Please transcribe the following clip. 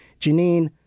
Janine